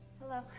Hello